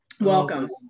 Welcome